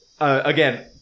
Again